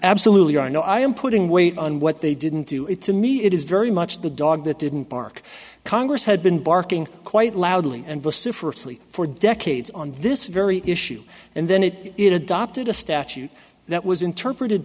absolutely i know i am putting weight on what they didn't do it to me it is very much the dog that didn't bark congress had been barking quite loudly and vociferously for decades on this very issue and then it it adopted a statute that was interpreted